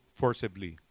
forcibly